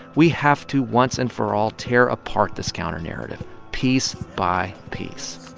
we have to once and for all tear apart this counternarrative piece by piece